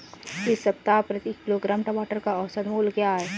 इस सप्ताह प्रति किलोग्राम टमाटर का औसत मूल्य क्या है?